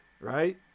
right